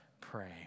pray